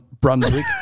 Brunswick